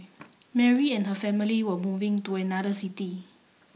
Mary and her family were moving to another city